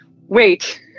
wait